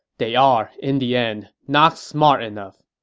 they are, in the end, not smart enough.